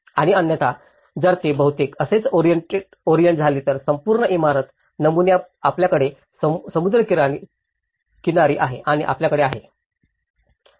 आणि अन्यथा जर ते बहुतेक असेच ओरिएंट झाले तर संपूर्ण इमारत नमुना आपल्याकडे समुद्रकिनारी आहे आणि आपल्याकडे आहे